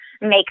make